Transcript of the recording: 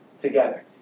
together